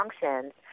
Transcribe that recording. functions